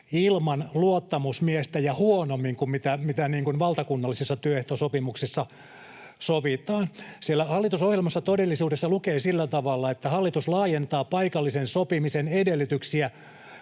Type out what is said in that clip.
ilman luottamusmiestä ja huonommin kuin mitä valtakunnallisessa työehtosopimuksessa sovitaan. Siellä hallitusohjelmassa todellisuudessa lukee sillä tavalla, että ”hallitus laajentaa paikallisen sopimisen edellytyksiä